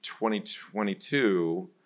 2022